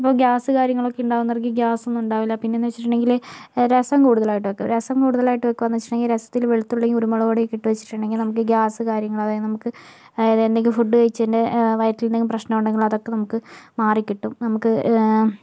ഇപ്പോൾ ഗ്യാസ് കാര്യങ്ങളൊക്കെ ഉണ്ടാകുന്നവർക്ക് ഗ്യാസ് ഒന്നും ഉണ്ടാവില്ല പിന്നെയെന്ന് വെച്ചിട്ടുണ്ടെങ്കില് രസം കൂടുതലായിട്ട് വയ്ക്കും രസം കൂടുതലായിട്ട് വയ്ക്കുകയാണെന്ന് വെച്ചിട്ടുണ്ടെങ്കിൽ രസത്തില് വെളുത്തുള്ളിയും കുരുമുളകുപൊടി ഒക്കെ ഇട്ടു വെച്ചിട്ടുണ്ടെങ്കിൽ നമുക്ക് ഗ്യാസ് കാര്യങ്ങൾ അതായത് നമുക്ക് അതായത് എന്തെങ്കിലും ഫുഡ് കഴിച്ചതിൻ്റെ വയറ്റിൽ എന്തെങ്കിലും പ്രശ്നം ഉണ്ടെങ്കിൽ അതൊക്കെ നമുക്ക് മാറിക്കിട്ടും നമുക്ക്